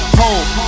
home